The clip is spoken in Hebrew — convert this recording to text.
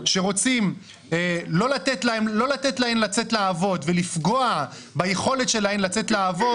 שרוצים לא לתת להן לצאת לעבוד ולפגוע ביכולת שלהן לצאת לעבוד